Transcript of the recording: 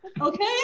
Okay